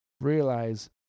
Realize